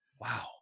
Wow